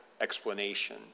explanation